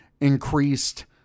increased